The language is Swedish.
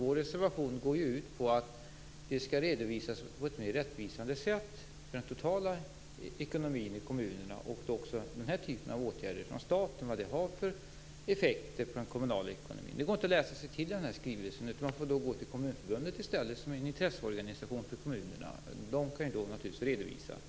Vår reservation går ut på att det skall redovisas på ett mer rättvisande sätt, alltså den totala ekonomin i kommunerna och också vad den här typen av åtgärder från staten har för effekter på den kommunala ekonomin. Det går inte att läsa sig till det i den här skrivelsen. Då får man vända sig till Kommunförbundet i stället, som är en intresseorganisation för kommunerna. De kan naturligtvis redovisa det här.